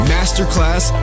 Masterclass